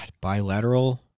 bilateral